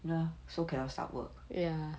you know so cannot start work